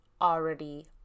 already